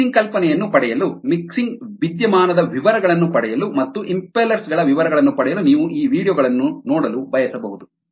mixing ಕಲ್ಪನೆಯನ್ನು ಪಡೆಯಲು mixing ವಿದ್ಯಮಾನದ ವಿವರಗಳನ್ನು ಪಡೆಯಲು ಮತ್ತು ಇಂಫೆಲ್ಲರ್ಸ್ ಗಳ ವಿವರಗಳನ್ನು ಪಡೆಯಲು ನೀವು ಈ ವೀಡಿಯೊ ಗಳನ್ನು ನೋಡಲು ಬಯಸಬಹುದು